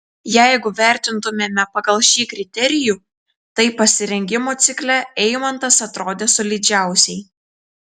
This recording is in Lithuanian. jeigu vertintumėme pagal šį kriterijų tai pasirengimo cikle eimantas atrodė solidžiausiai